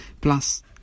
Plus